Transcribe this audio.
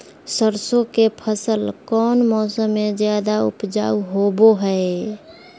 सरसों के फसल कौन मौसम में ज्यादा उपजाऊ होबो हय?